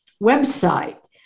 website